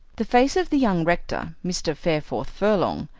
the face of the young rector, mr. fareforth furlong,